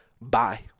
Bye